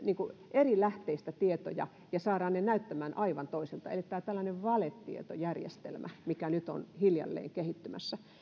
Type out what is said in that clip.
eri lähteistä tietoja ja saadaan ne näyttämään aivan toiselta eli tämä tällainen valetietojärjestelmä mikä nyt on hiljalleen kehittymässä